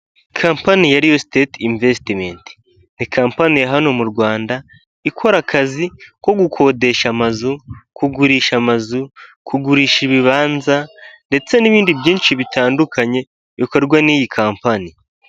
Kampani ya Real state investament. Ni kampani ya hano mu Rwanda, ikora akazi ko gukodesha amazu, kugurisha amazu, kugurisha ibibanza, ndetse n'ibindi byinshi bitandukanye, bikorwa n'iyi kampani.